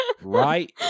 Right